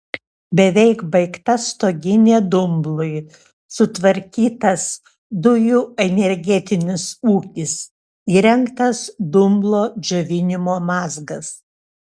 beveik baigta stoginė dumblui sutvarkytas dujų energetinis ūkis įrengtas dumblo džiovinimo mazgas